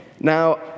Now